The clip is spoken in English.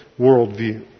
worldview